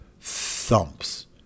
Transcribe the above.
thumps